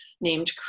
named